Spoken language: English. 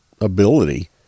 ability